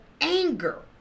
anger